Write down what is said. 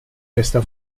resta